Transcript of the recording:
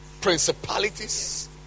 principalities